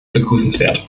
begrüßenswert